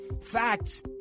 facts